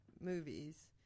movies